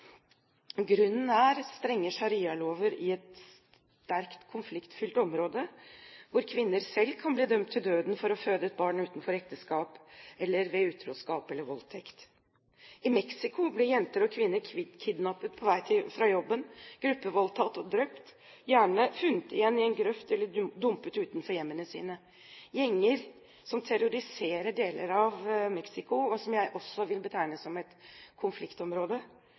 Grunnen er strenge sharialover i et sterkt konfliktfylt område, hvor kvinner selv kan bli dømt til døden for å føde et barn utenfor ekteskap, eller ved utroskap eller voldtekt. I Mexico blir jenter og kvinner kidnappet på vei fra jobben, gruppevoldtatt og drept, gjerne funnet igjen i en grøft eller dumpet utenfor hjemmene sine. Gjenger terroriserer deler av Mexico, som jeg også vil betegne som et konfliktområde,